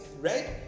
Right